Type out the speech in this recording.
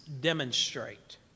demonstrate